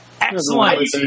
Excellent